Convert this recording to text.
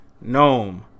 Gnome